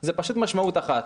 יש פשוט משמעות אחת.